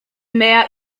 mea